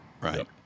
Right